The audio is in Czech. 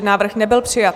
Návrh nebyl přijat.